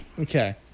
Okay